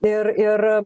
ir ir